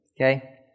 Okay